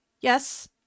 Yes